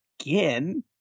again